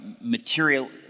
material